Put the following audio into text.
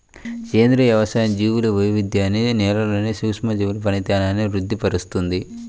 సేంద్రియ వ్యవసాయం జీవుల వైవిధ్యాన్ని, నేలలోని సూక్ష్మజీవుల పనితనాన్ని వృద్ది పరుస్తుంది